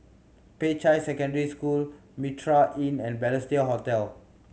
Peicai Secondary School Mitraa Inn and Balestier Hotel